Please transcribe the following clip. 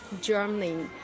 Germany